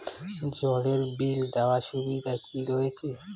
জলের বিল দেওয়ার সুবিধা কি রয়েছে?